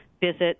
visit